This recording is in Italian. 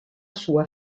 sua